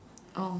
oh